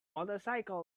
motorcycles